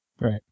Right